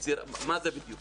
מה זה בדיוק?